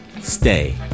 stay